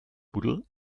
buddel